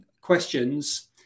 questions